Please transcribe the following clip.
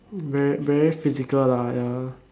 very very physical lah ya